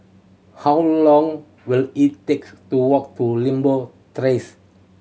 how long will it takes to walk to Limbok Terrace